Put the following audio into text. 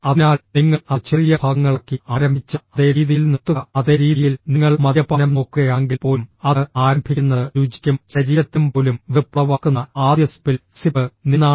അതിനാൽ നിങ്ങൾ അത് ചെറിയ ഭാഗങ്ങളാക്കി ആരംഭിച്ച അതേ രീതിയിൽ നിർത്തുക അതേ രീതിയിൽ നിങ്ങൾ മദ്യപാനം നോക്കുകയാണെങ്കിൽപ്പോലും അത് ആരംഭിക്കുന്നത് രുചിക്കും ശരീരത്തിനും പോലും വെറുപ്പുളവാക്കുന്ന ആദ്യ സിപ്പിൽ സിപ്പ് നിന്നാണ്